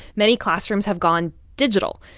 many classrooms have gone digital.